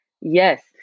Yes